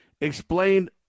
explained